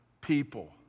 people